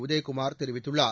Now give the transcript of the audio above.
உதயகுமார் தெரிவித்துள்ளார்